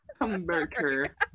converter